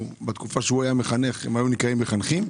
שבתקופה שהוא היה מחנך הם היו נקראים מחנכים,